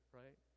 right